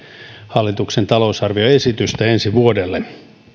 hallituksen talousarvioesitystä ensi vuodelle